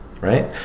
right